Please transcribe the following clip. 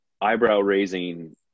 eyebrow-raising